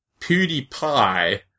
PewDiePie